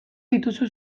dituzu